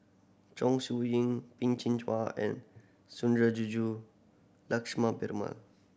Chong Siew Ying Peh Chin Hua and Sundarajulu Lakshmana Peruma